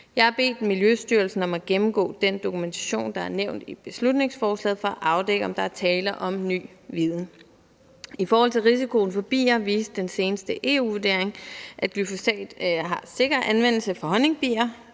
Jeg har bedt Miljøstyrelsen om at gennemgå den dokumentation, der er nævnt i beslutningsforslaget, for at afdække, om der er tale om ny viden. I forhold til risikoen for bier viste den seneste EU-vurdering, at anvendelsen af glyfosat er sikker over for honningbier,